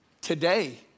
today